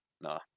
No